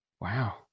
wow